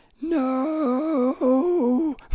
no